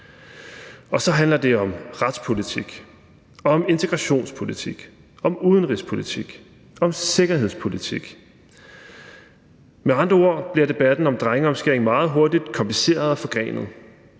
Og så handler det om retspolitik, om integrationspolitik, om udenrigspolitik, om sikkerhedspolitik. Med andre ord bliver debatten om drengeomskæring meget hurtigt kompliceret og forgrenet,